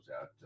out